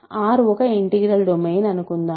R ఒక integral domain అనుకుందాము